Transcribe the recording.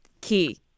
key